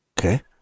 Okay